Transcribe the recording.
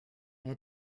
had